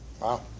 Wow